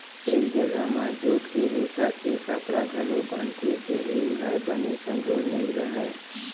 कइ जघा म जूट के रेसा के कपड़ा घलौ बनथे फेर ए हर बने संजोर नइ रहय